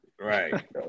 Right